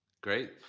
Great